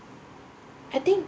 I think